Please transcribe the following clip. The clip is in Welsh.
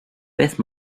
beth